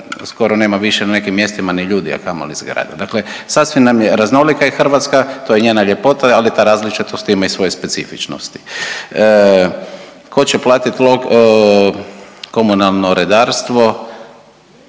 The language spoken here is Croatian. skoro nema više na nekim mjestima ni ljudi, a kamoli zgrada, dakle sasvim nam je, raznolika je Hrvatska, to je njena ljepota, ali ta različitost ima i svoje specifičnosti. Tko će platit komunalno redarstvo?